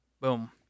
boom